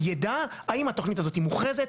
אז בעצם אני לא סוגרת את התיק עד שהערת האזהרה נמחקת,